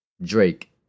Drake